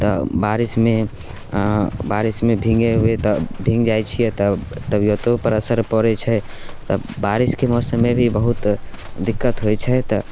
तऽ बारिशमे बारिशमे भींगे हुअ तऽ भींग जाइत छियै तऽ तबियतो पर असर पड़ैत छै तब बारिशके मौसममे भी बहुत दिक्कत होइत छै तऽ